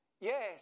Yes